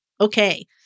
okay